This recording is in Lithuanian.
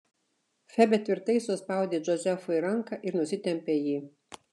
febė tvirtai suspaudė džozefui ranką ir nusitempė jį